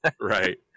right